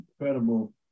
incredible